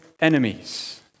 enemies